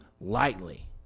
lightly